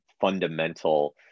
fundamental